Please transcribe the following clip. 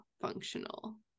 functional